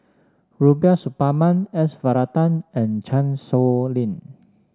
Rubiah Suparman S Varathan and Chan Sow Lin